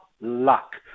luck